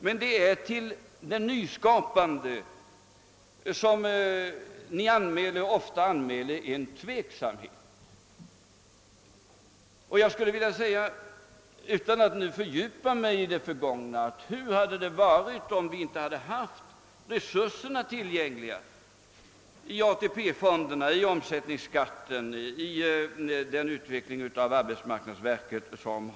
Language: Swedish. Men till den nyskapande verksamheten har ni ofta anmält tveksamhet. Utan att här fördjupa mig i det förgångna vill jag ställa frågan: Hur hade det varit om vi inte haft de resurser tillgängliga som skapats av AP-fonderna, omsättningsskatten och den utveckling av arbetsmarknadsverket som skett?